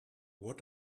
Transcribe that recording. what